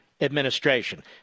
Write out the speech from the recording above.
administration